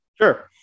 Sure